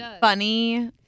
funny